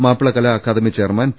Mappilakala academy chairman T